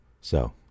So